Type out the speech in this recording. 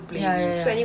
ya ya ya